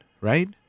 right